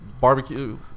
barbecue